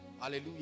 hallelujah